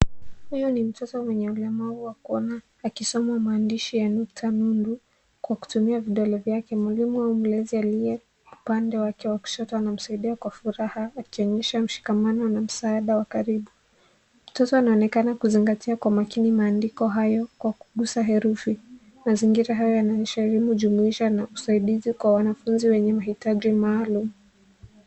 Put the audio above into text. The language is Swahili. Huyu ni mtoto mwenye ulemavu wa kuona, akisoma maandishi ya nukta nundu kwa kutumia vidole vyake. Mwalimu au mlezi aliye upande wake wa kushoto anamsaidia kwa furaha, akionyesha mshikamano na msaada wa karibu. Mtoto anaonekana kuzingatia kwa makini maandiko hayo kwa kugusa herufi. Mazingira haya yanaonyesha elimu jumuisha na usaidizi kwa wanafunzi wenye mahitaji maalum.